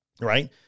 right